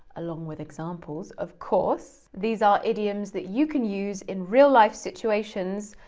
along with examples, of course. these are idioms that you can use in real-life situations,